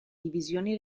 divisioni